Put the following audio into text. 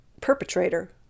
perpetrator